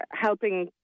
helping